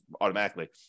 automatically